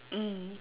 mm